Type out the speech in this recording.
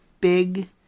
big